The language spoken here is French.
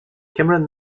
cameron